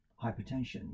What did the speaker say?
hypertension